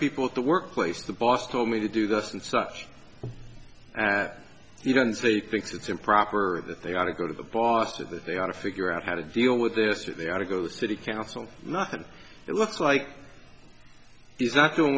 people at the workplace the boss told me to do thus and such you don't say thinks it's improper or that they ought to go to the boss to that they ought to figure out how to deal with this that they ought to go to the city council nothing it looks like he's not doing